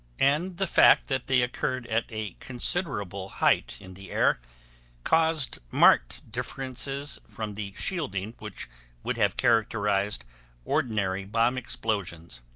and the fact that they occurred at a considerable height in the air caused marked differences from the shielding which would have characterized ordinary bomb explosions.